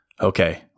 okay